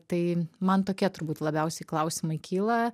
tai man tokie turbūt labiausiai klausimai kyla